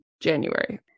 january